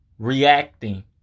reacting